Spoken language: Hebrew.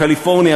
קליפורניה,